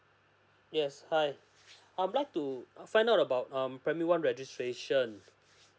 yes hi I'd like to find out about um primary one registration